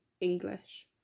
English